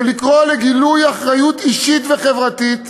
ולקרוא לגילוי אחריות אישית וחברתית